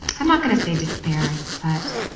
i'm not going to say despair, but